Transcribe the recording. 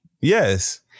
Yes